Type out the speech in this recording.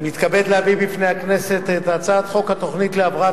אני מתכבד להביא בפני הכנסת את הצעת חוק התוכנית להבראת